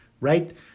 Right